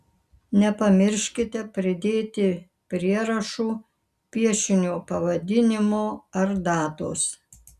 nepamirškite pridėti prierašų piešinio pavadinimo ar datos